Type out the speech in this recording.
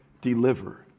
deliver